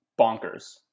bonkers